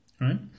right